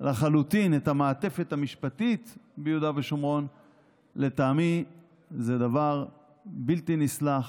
לחלוטין את המעטפת המשפטית ביהודה ושומרון לטעמי זה דבר בלתי נסלח.